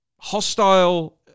Hostile